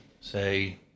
say